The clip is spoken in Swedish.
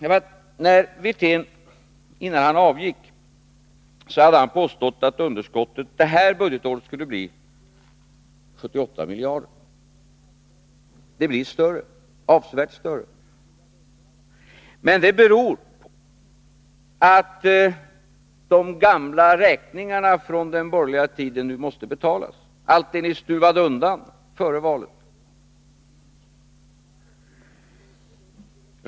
Innan Rolf Wirtén avgick påstod han att underskottet detta budgetår skulle bli 78 miljarder. Det blir större, avsevärt större. Men det beror på att de gamla räkningarna från den borgerliga tiden nu måste betalas, allt det ni stuvade undan före valet.